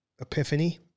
epiphany